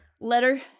letter